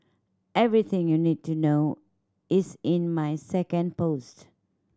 everything you need to know is in my second post